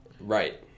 Right